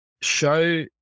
show